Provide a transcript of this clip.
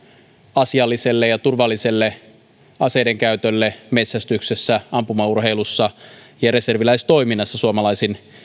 asialliselle ja turvalliselle aseiden käytölle metsästyksessä ampumaurheilussa ja reserviläistoiminnassa suomalaisin